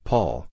Paul